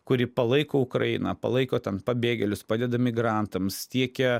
kuri palaiko ukrainą palaiko ten pabėgėlius padeda migrantams tiekia